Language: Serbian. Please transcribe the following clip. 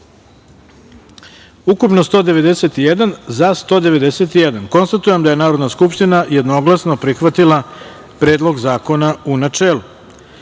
ukupno – 191, za – 191.Konstatujem da je Narodna skupština jednoglasno prihvatila Predlog zakona, u